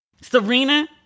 Serena